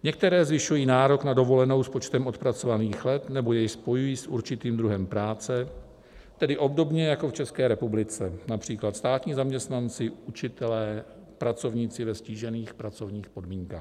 Některé zvyšují nárok na dovolenou s počtem odpracovaných let nebo jej spojují s určitým druhem práce, tedy obdobně jako v České republice například státní zaměstnanci, učitelé, pracovníci ve ztížených pracovních podmínkách.